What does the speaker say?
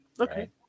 okay